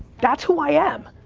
that's who i am.